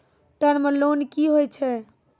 Term loan कि होय छै?